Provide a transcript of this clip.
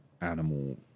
animal-